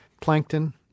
Plankton